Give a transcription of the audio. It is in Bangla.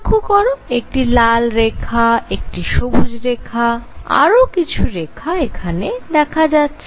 লক্ষ্য করো একটি লাল রেখা একটি সবুজ রেখা আরও কিছু রেখা এখানে দেখা যাচ্ছে